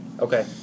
Okay